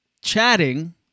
chatting